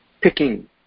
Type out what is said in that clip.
picking